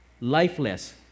Lifeless